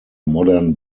modern